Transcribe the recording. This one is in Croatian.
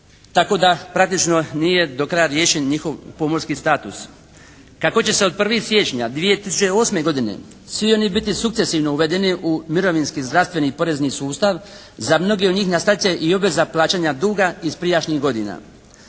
tako da praktično nije do kraja riješen njihov pomorski status. Također se od 1. sijčnja 2008. godine svi oni u biti sukcesivno uvedeni u mirovinski, zdravstveni i porezni sustav. Za mnoge od njih nastat će i obveza plaćanja duga iz prijašnjih godina.